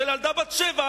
ילדה בת שבע,